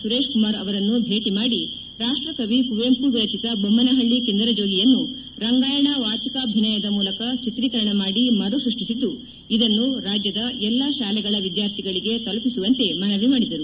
ಸುರೇಶ್ ಕುಮಾರ್ ಅವರನ್ನು ಭೇಟಿ ಮಾಡಿ ರಾಷ್ತ್ರಕವಿ ಕುವೆಂಪು ವಿರಚಿತ ಬೊಮ್ಮನಹಳ್ಳಿ ಕಿಂದರಜೋಗಿಯನ್ನು ರಂಗಾಯಣ ವಾಚಿಕಾಭಿನಯದ ಮೂಲಕ ಚಿತ್ರೀಕರಣ ಮಾಡಿ ಮರುಸೃಡ್ವಿಸಿದ್ದು ಇದನ್ನು ರಾಜ್ಯದ ಎಲ್ಲಾ ಶಾಲೆಗಳ ವಿದ್ಯಾರ್ಥಿಗಳಿಗೆ ತಲುಪಿಸುವಂತೆ ಮನವಿ ಮಾಡಿದರು